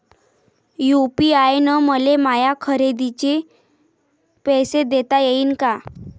UPI न मले माया खरेदीचे पैसे देता येईन का?